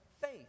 faith